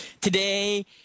today